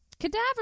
Cadaver